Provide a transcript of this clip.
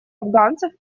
афганцев